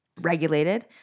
regulated